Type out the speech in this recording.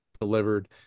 delivered